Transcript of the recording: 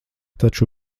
taču